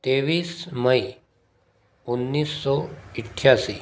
तेईस मई उन्नीस सौ इक्यासी